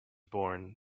born